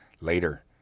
later